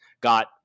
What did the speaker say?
got